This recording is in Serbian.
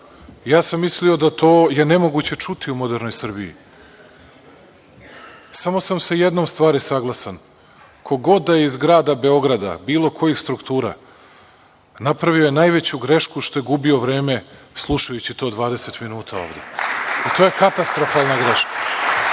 Ja sam mislio da je to nemoguće čuti u modernoj Srbiji. Samo sam sa jednom stvari saglasan, ko god da je iz grada Beograda, bilo kojih struktura, napravio je najveću grešku što je gubio vreme slušajući to 20 minuta ovde. To je katastrofalna greška. Počeli